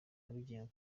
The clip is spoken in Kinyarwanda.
abigenga